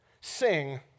sing